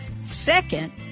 second